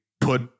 put